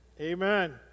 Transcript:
Amen